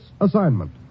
assignment